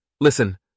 Listen